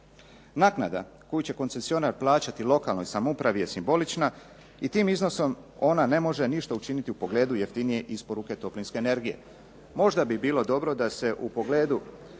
Naknada koju će koncesionar plaćati lokalnoj samoupravi je simbolična i tim iznosom ona ne može ništa učiniti u pogledu jeftinije isporuke toplinske energije. Možda bi bilo dobro da se u pogledu